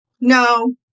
no